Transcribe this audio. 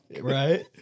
Right